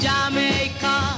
Jamaica